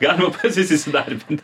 galima pas jus įsidarbint